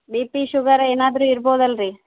B P sugar ಏನಾದರೂ ಇರ್ಬೋದು ಅಲ್ರಿ